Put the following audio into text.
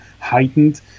heightened